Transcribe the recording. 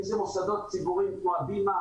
אם זה מוסדות ציבוריים כמו הבימה